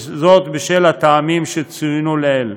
וזאת בשל הטעמים שצוינו לעיל,